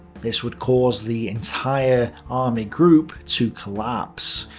this would cause the entire army group to collapse.